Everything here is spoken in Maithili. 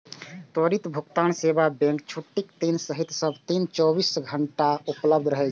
त्वरित भुगतान सेवा बैंकक छुट्टीक दिन सहित सब दिन चौबीसो घंटा उपलब्ध रहै छै